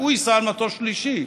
והוא ייסע על מטוס שלישי.